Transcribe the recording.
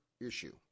issue